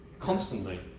constantly